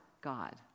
god